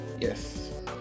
Yes